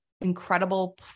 incredible